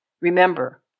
Remember